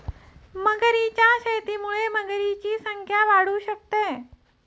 मगरींच्या शेतीमुळे मगरींची संख्या वाढू शकते